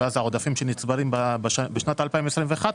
האם מדובר פה ב- 200 המיליון הראשונים?